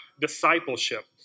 discipleship